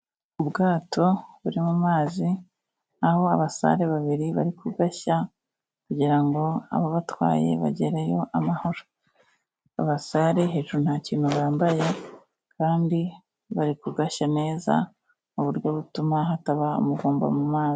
Ubwato buri mu mazi aho abasare babiri bari kugashya kugira ngo abo batwaye bagereyo amahoro. Abasare hejuru nta kintu bambaye kandi bari kugashya neza mu buryo butuma hataba umuvumba mu mazi.